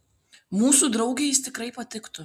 mūsų draugei jis tikrai patiktų